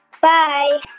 bye